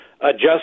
adjust